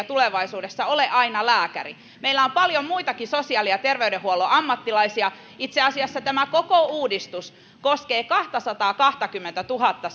tulevaisuudessa ole aina lääkäri meillä on paljon muitakin sosiaali ja terveydenhuollon ammattilaisia itse asiassa tämä koko uudistus koskee kahtasataakahtakymmentätuhatta